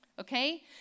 okay